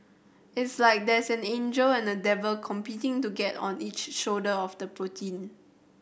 it's like there is an angel and a devil competing to get on each shoulder of the protein